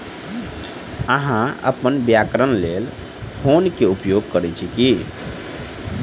अहाँ अपन व्यापारक लेल फ़ोन पे के उपयोग करै छी की?